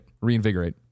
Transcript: Reinvigorate